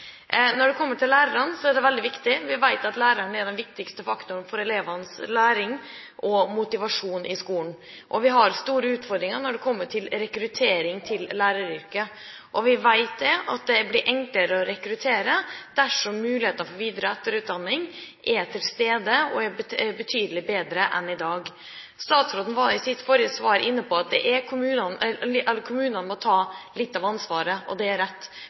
Når det kommer til lærerne, er det veldig viktig. Vi vet at læreren er den viktigste faktoren for elevenes læring og motivasjon i skolen. Vi har store utfordringer når det kommer til rekruttering til læreryrket. Vi vet at det blir enklere å rekruttere dersom mulighetene for videre- og etterutdanning er til stede og er betydelig bedre enn i dag. Statsråden var i sitt forrige svar inne på at kommunene må ta litt av ansvaret – og det er rett.